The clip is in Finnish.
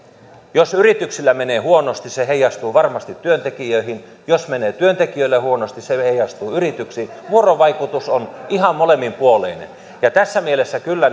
jos yrityksillä menee huonosti se heijastuu varmasti työntekijöihin jos menee työntekijöillä huonosti se heijastuu yrityksiin vuorovaikutus on ihan molemminpuolinen ja tässä mielessä kyllä